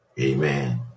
Amen